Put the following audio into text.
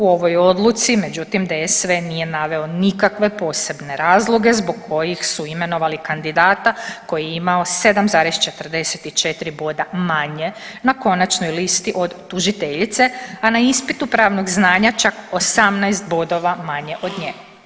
U ovoj odluci međutim DSV nije naveo nikakve posebne razloge zbog kojih su imenovali kandidata koji je imao 7,44 boda manje na konačnoj listi od tužiteljice, a na ispitu pravnog znanja čak 18 bodova manje od nje.